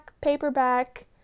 paperback